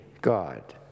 God